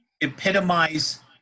epitomize